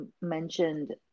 mentioned